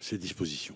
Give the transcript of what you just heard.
ces dispositions.